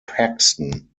paxton